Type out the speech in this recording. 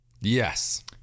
Yes